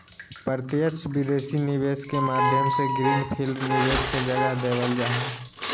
प्रत्यक्ष विदेशी निवेश के माध्यम से ग्रीन फील्ड निवेश के जगह देवल जा हय